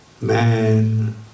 Man